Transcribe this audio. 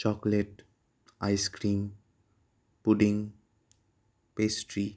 chocolate icecream pudding pastry